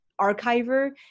archiver